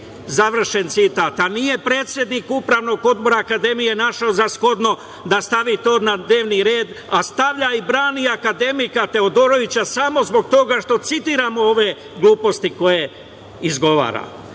Završen citat. A nije predsednik Upravnog odbora akademije, našao za shodno da stavi to na dnevni red, a stavlja i brani akademika Teodorovića, samo zbog toga što citiram ove gluposti, koje izgovara. Vi